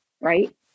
Right